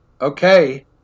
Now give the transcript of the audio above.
okay